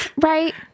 Right